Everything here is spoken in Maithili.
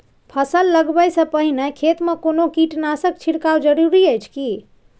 फसल लगबै से पहिने खेत मे कोनो कीटनासक छिरकाव जरूरी अछि की?